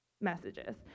messages